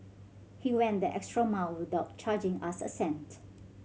he went the extra mile without charging us a cent